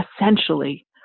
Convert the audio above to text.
essentially